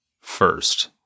first